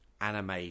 anime